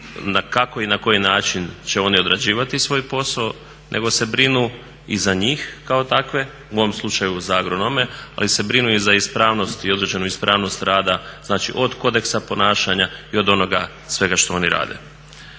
kako i na koji način će oni odrađivati svoj posao nego se brinu i za njih kao takve, u ovom slučaju za agronome, ali se brinu i za ispravnost i određenu ispravnost rada, znači od kodeksa ponašanja i od onoga svega što oni rade.